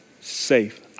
safe